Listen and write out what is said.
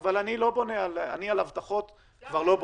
אבל אני על הבטחות כבר לא בונה.